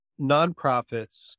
nonprofits